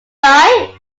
right